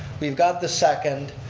we've got the second.